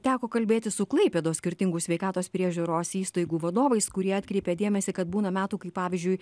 teko kalbėtis su klaipėdos skirtingų sveikatos priežiūros įstaigų vadovais kurie atkreipė dėmesį kad būna metų kai pavyzdžiui